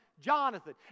Jonathan